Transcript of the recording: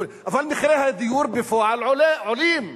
אבל מחירי הדיור בפועל עולים.